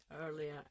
earlier